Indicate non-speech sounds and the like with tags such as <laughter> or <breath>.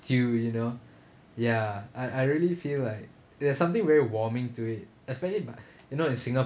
stew you know ya I I really feel like there's something very warming to it especially but <breath> you know in singa~